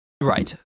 Right